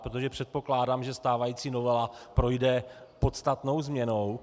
Protože předpokládám, že stávající novela projde podstatnou změnou.